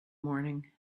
morning